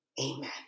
amen